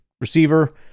receiver